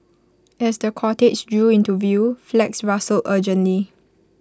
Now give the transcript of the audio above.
as the cortege drew into view flags rustled urgently